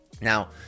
Now